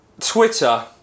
Twitter